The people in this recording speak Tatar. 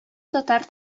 татар